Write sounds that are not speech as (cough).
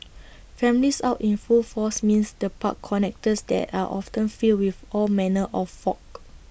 (noise) families out in full force means the park connectors there are often filled with all manner of folk